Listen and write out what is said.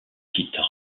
quittent